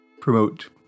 promote